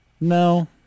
no